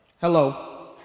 hello